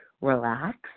relax